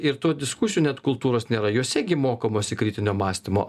ir tų diskusijų net kultūros nėra jose gi mokomasi kritinio mąstymo